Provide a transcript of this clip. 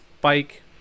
bike